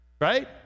right